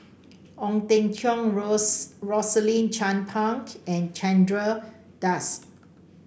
Ong Teng Cheong Rose Rosaline Chan and Chandra Das